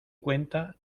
cuenta